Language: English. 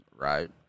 right